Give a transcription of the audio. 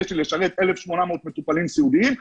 יש לי לשרת 1,800 מטופלים סיעודיים,